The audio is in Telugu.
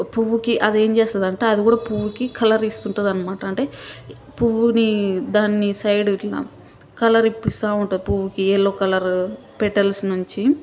పువ్వుకి అదేం చేస్తుందంటే అది కూడా పువ్వుకి కలర్ ఇస్తుంటుందన్నమాట అంటే పువ్వుని దాన్ని సైడు ఇట్లా కలరిప్పిస్తూ ఉంటుంది పువ్వుకీ ఎల్లో కలరు పెటల్స్ నుంచి